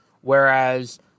whereas